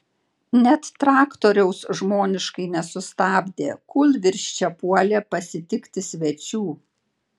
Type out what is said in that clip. net traktoriaus žmoniškai nesustabdė kūlvirsčia puolė pasitikti svečių